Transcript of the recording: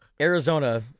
Arizona